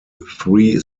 three